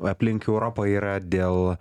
aplink europą yra dėl